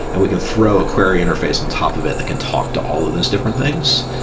and we can throw a query interface on top of it that can talk to all of those different things.